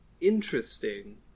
interesting